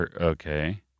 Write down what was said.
Okay